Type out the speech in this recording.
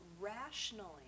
rationally